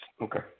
Okay